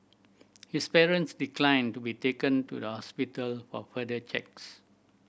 his parents declined to be taken to the hospital for further checks